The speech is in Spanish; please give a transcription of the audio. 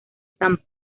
san